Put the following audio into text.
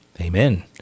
Amen